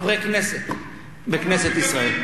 חברי כנסת בכנסת ישראל.